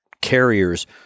carriers